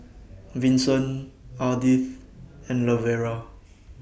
Vinson Ardith and Lavera